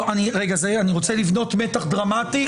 אני רוצה לבנות מתח דרמטי.